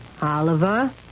Oliver